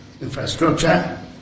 infrastructure